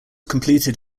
completed